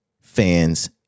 fans